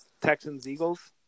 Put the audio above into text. Texans-Eagles